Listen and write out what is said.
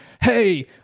hey